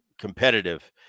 competitive